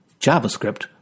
JavaScript